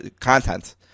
content